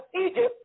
Egypt